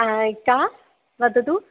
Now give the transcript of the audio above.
का वदतु